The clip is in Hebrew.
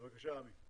בבקשה, עמי.